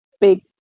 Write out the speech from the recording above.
big